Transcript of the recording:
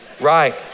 Right